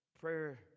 prayer